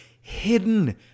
hidden